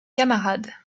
camarades